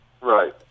Right